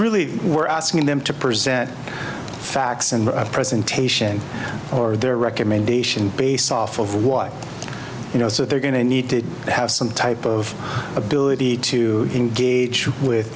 really we're asking them to present facts and presentation or their recommendation based off of what you know so they're going to need to have some type of ability to engage with